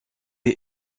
est